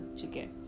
chicken